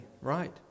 right